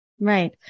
Right